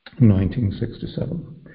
1967